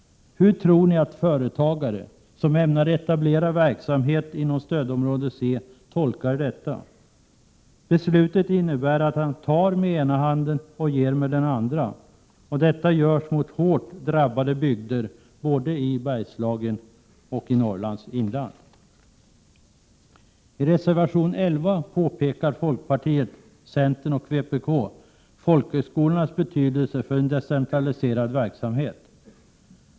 Hur tror ni att företagare som ämnar etablera verksamhet inom stödområde C tolkar detta? Beslutet innebär att man tar med ena handen och ger med den andra. Och detta görs mot hårt drabbade bygder både i Bergslagen och i Norrlands inland. I reservation 11 pekar folkpartiet, centern och vpk på folkhögskolornas betydelse för en decentraliserad verksamhet.